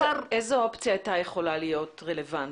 איזו אופציה הייתה יכולה להיות רלוונטית?